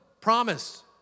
promise